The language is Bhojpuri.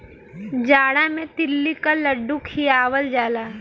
जाड़ा मे तिल्ली क लड्डू खियावल जाला